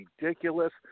ridiculous